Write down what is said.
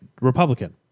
Republican